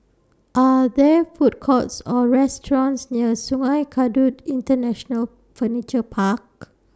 Are There Food Courts Or restaurants near Sungei Kadut International Furniture Park